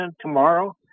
tomorrow